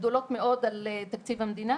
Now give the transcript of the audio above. גדולות מאוד על תקציב המדינה